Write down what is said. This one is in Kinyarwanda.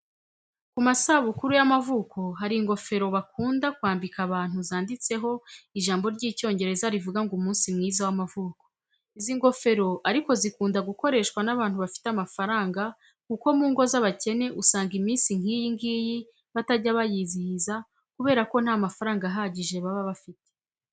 Ku masabukuru y'amavuko hari ingofero bakunda kwambika abantu zanditseho ijambo ry'icyongereza rivuga ngo umunsi mwiza w'amavuko. Izi ngofero ariko zikunda gukoreshwa n'abantu bafite amafaranga kuko mu ngo z'abakene usanga iminsi nk'iyi ngiyi batajya bayizihiza kubera ko nta mafaranga ahagije baba bafite.